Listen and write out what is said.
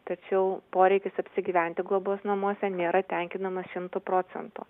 tačiau poreikis apsigyventi globos namuose nėra tenkinamas šimtu procentų